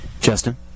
Justin